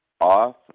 off